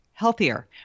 healthier